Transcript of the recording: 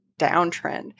downtrend